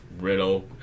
Riddle